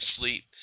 sleep